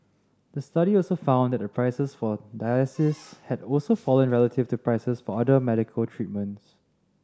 the study also found that the prices for dialysis had also fallen relative to prices for other medical treatments